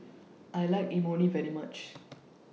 I like Imoni very much